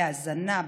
בהזנה,